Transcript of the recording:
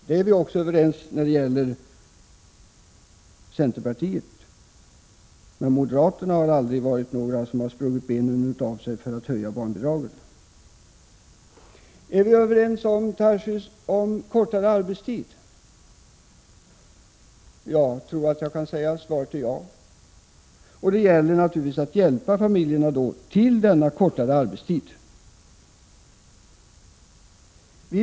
Vi är också överens med centerpartiet. Moderaterna däremot har aldrig sprungit benen av sig för att höja barnbidragen. Är vi, Daniel Tarschys, överens om att sänka arbetstiden? Jag tror att svaret på den frågan är ja, och det gäller naturligtvis då att hjälpa familjerna till denna kortare arbetstid.